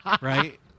Right